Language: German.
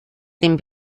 dem